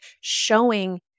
showing